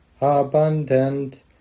abundant